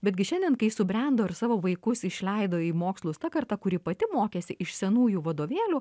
betgi šiandien kai subrendo ir savo vaikus išleido į mokslus ta karta kuri pati mokėsi iš senųjų vadovėlių